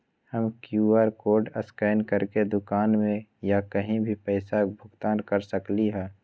हम Q R code scan करके दुकान में या कहीं भी पैसा के भुगतान कर सकली ह?